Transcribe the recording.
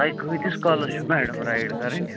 تۄہہِ کۭتِس کالَس چھُو میڈم رایِڈ کرٕنۍ